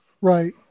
right